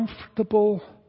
comfortable